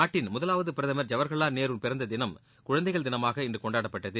நாட்டின் முதலாவது பிரதமர் ஜவஹர்லால் நேருவின் பிறந்த தினம் குழந்தைகள் தினமாக இன்று கொண்டாடப்பட்டது